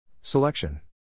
Selection